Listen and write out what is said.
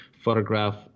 Photograph